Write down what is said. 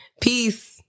peace